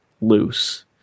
loose